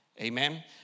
Amen